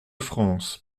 france